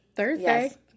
Thursday